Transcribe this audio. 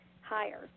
higher